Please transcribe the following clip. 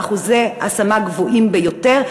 ויש שם אחוזי השמה גבוהים ביותר.